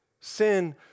Sin